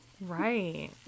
Right